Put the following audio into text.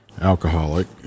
alcoholic